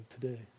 today